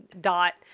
Dot